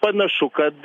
panašu kad